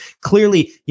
clearly